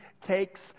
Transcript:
takes